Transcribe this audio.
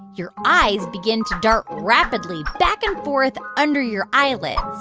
your eyes begin to dart rapidly back and forth under your eyelids.